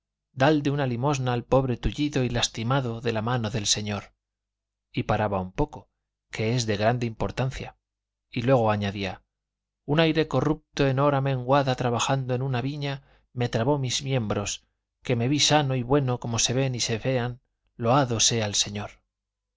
de dios dalde una limosna al pobre tullido y lastimado de la mano del señor y paraba un poco que es de grande importancia y luego añadía un aire corrupto en hora menguada trabajando en una viña me trabó mis miembros que me vi sano y bueno como se ven y se vean loado sea el señor